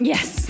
Yes